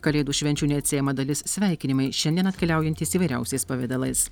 kalėdų švenčių neatsiejama dalis sveikinimai šiandien atkeliaujantys įvairiausiais pavidalais